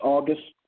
August